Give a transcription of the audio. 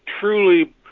truly